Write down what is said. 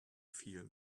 feel